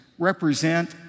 represent